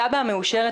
התב"ע מאושרת.